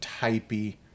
typey